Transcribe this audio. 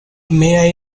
may